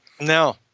no